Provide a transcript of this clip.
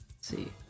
see